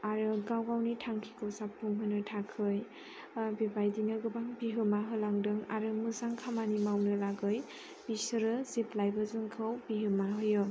आरो गाव गावनि थांखिखौ जाफुंहोनो थाखाय बेबायदिनो गोबां बिहोमा होलांदों आरो मोजां खामानि मावनो लागै बिसोरो जेब्लायबो जोंखौ बिहोमा होयो